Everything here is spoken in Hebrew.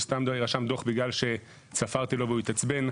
או סתם רשם דוח בגלל שצפרתי לו והוא התעצבן,